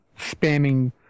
spamming